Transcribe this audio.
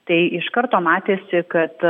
tai iš karto matėsi kad